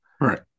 Right